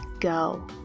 go